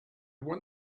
one